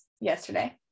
yesterday